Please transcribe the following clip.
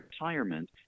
retirement